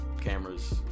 cameras